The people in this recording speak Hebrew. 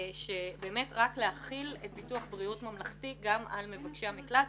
רק להחיל את ביטוח בריאות ממלכתי גם על מבקשי המקלט,